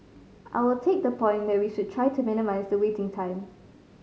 I will take the point that we should try to minimise the waiting time